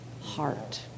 heart